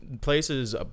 places